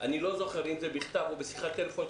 אני לא זוכר אם בכתב או בשיחת טלפון,